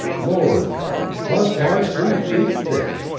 lord bus bars three feet thick!